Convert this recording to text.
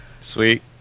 Sweet